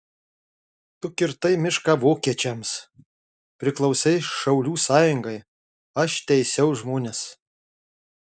tu kirtai mišką vokiečiams priklausei šaulių sąjungai aš teisiau žmones